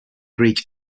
greek